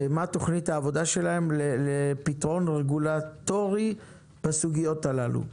מה תוכנית העבודה שלהם לפתרון רגולטורי בסוגיות הללו.